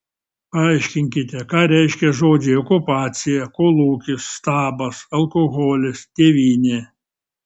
paaiškinkite ką reiškia žodžiai okupacija kolūkis stabas alkoholis tėvynė